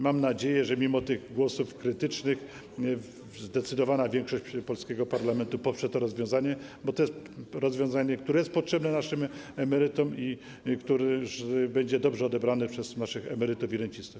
Mam nadzieję, że mimo głosów krytycznych zdecydowana większość polskiego parlamentu poprze to rozwiązanie, bo to jest rozwiązanie, które jest potrzebne naszym emerytom i które będzie dobrze odebrane przez naszych emerytów i rencistów.